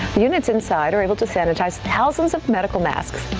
units inside are able to sanitize thousands of medical masks.